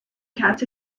cats